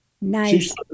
Nice